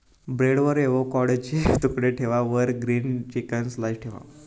ब्रेडवर एवोकॅडोचे तुकडे ठेवा वर ग्रील्ड चिकन स्लाइस ठेवा